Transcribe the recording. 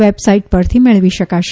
web site પરથી મેળવી શકાશે